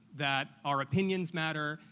that our opinions matter,